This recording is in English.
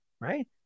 right